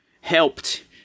helped